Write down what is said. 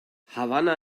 havanna